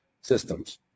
systems